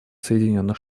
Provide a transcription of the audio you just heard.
соединенных